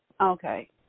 Okay